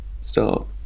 stop